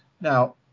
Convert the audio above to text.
Now